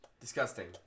Disgusting